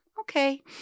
Okay